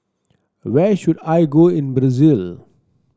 where should I go in Brazil